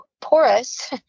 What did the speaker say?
porous